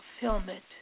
fulfillment